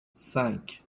cinq